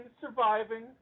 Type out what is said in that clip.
surviving